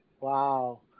Wow